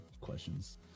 questions